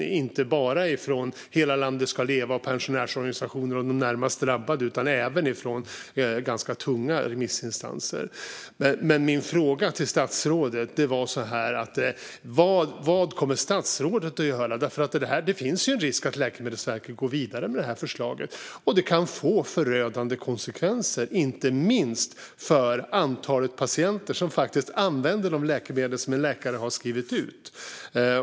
De har inte bara kommit från Hela Sverige ska leva, pensionärsorganisationer och de närmast drabbade utan även från ganska tunga remissinstanser. Min fråga till statsrådet är vad statsrådet kommer att göra. Det finns ju en risk att Läkemedelsverket går vidare med det här förslaget, och det kan få förödande konsekvenser - inte minst för de patienter som faktiskt använder de läkemedel en läkare har skrivit ut.